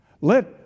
let